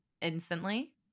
instantly